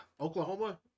oklahoma